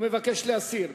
הוא מבקש להסיר.